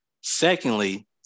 Secondly